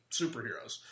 superheroes